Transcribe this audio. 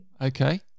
Okay